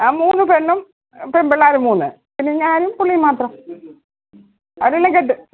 ആ മൂന്ന് പെണ്ണും പെൺപിള്ളേർ മൂന്ന് പിന്നെ ഞാനും പുള്ളിയും മാത്രം അതെല്ലാം കേട്ട്